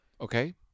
Okay